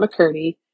McCurdy